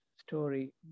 story